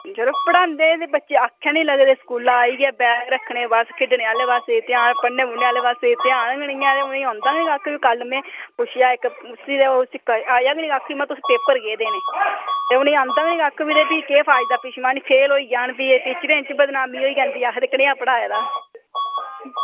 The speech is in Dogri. यरो पढ़ांदे ते बच्चे आक्खेै गै निं लगदे स्कूला आइयै बैग रक्खने बस खेढ़नै आह्ले पास्सै ध्यान पढ़ने आह्ले पास्सै ध्यान गै निं ऐ ते उनेंगी औंदा कक्ख निं ते कल्ल में पिच्छेआ उसी ते उसी आया निं कक्ख बी ते में आक्खेआ तोह् पेपर केह् देने ते उनेंगी आंदा कक्ख निं ते फ्ही केह् फायदा पिच्छुआं फेल होई जाङन ते टीचरें दी बदनामीं होई जानी भी आक्खदे कनेहा पढ़ाए दा हा